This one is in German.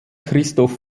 christoph